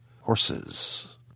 horses